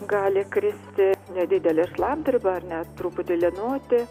gali kristi nedidelė šlapdriba ar net truputį lynoti